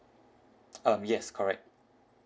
um yes correct